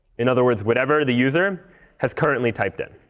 in other words, whatever the user has currently typed in.